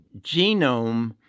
genome